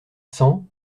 cent